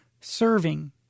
serving